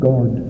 God